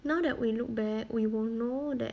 now that we look back we will know that